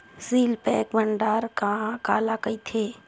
Seal pack भंडारण काला कइथे?